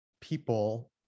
people